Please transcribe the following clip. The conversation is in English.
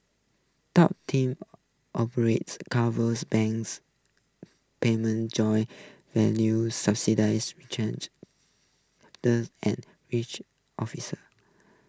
top team operations covers banks payment joint ventures subsidiaries rechange the and rich officers